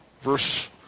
Verse